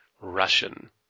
Russian